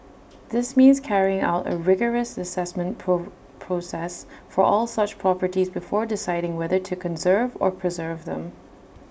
this means carrying out A rigorous Assessment process for all such properties before deciding whether to conserve or preserve them